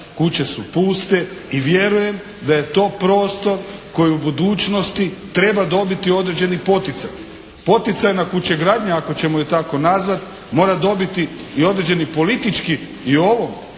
kuće su puste i vjerujem da je to prostor koji u budućnosti treba dobiti određeni poticaj. Poticajna kuće gradnja, ako ćemo ju tako nazvat, mora dobiti i određeni politički i u ovom